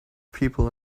people